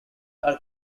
are